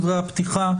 דברי הפתיחה,